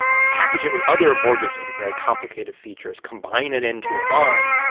package it with other mortgages with very complicated features, combine it into a bond,